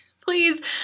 Please